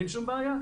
אין שום בעיה.